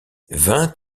vingt